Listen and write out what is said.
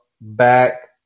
back